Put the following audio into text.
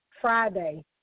Friday